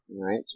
right